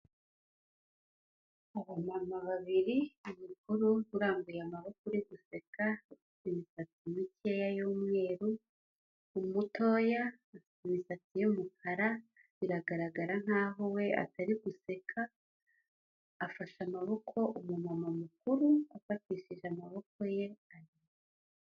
Abaganga babiri, umukuru urambuye amaboko uri guseka, ufite imisatsi mikeya y'umweru, umutoya imisatsi y'umukara, biragaragara nk'aho we atari guseka, afashe amaboko umumama mukuru afatishije amaboko ye ari..